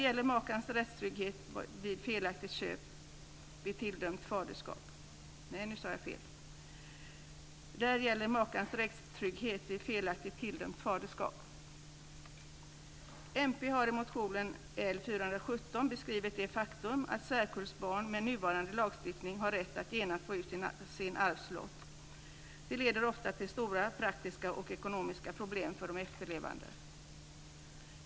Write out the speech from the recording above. Där är det fråga om makans rättstrygghet vid felaktigt tilldömt faderskap. Mp har i motion L417 beskrivit det faktum att särkullbarnen med nuvarande lagstiftning har rätt att genast få ut sin arvslott. Det leder ofta till stora praktiska och ekonomiska problem för de efterlevande.